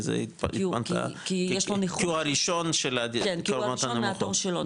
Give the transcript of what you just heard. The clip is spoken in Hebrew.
כי הוא הראשון של הקומות הנמוכות.